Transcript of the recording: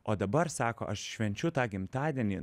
o dabar sako aš švenčiu tą gimtadienį